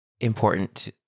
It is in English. important